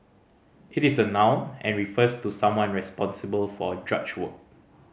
it is a noun and refers to someone responsible for drudge work